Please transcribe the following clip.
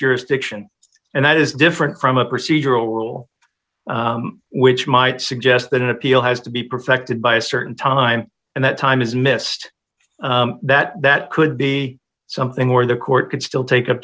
jurisdiction and that is different from a procedural rule which might suggest that an appeal has to be perfected by a certain time and that time is missed that that could be something where the court could still take up